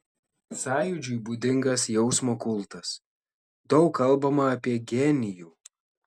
sąjūdžiui būdingas jausmo kultas daug kalbama apie genijų